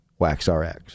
waxrx